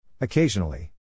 Occasionally